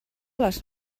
les